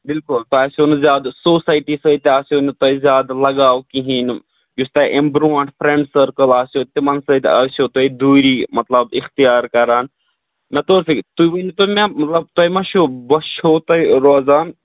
بِلکُل تۄہہِ آسیو نہٕ زیادٕ سوسایٹی سۭتۍ تہِ آسیو نہٕ تۄہہِ زیادٕ لگاو کِہیٖنۍ نہٕ یُس تۄہہِ اَمہِ برونٛٹھ فرٛیٚنٛڈ سٔرکٕل آسیو تِمَن سۭتۍ آسیٚو تۄہہِ دوٗری مطلب اِختیار کَران مےٚ توٚر فِکرِ تُہۍ ؤنۍ تو مےٚ مطلب تۄہہِ ما چھُو بوٚچھِ چھو تۄہہِ روزان